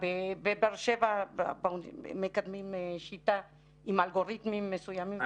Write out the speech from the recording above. בבאר שבע מקדמים שיטה עם אלגוריתמים מסוימים.